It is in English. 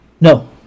No